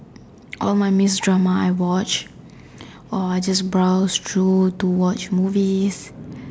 all my missed dramas I watch or I just browse through to watch movies